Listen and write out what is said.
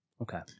Okay